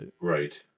Right